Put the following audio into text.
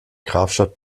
grafschaft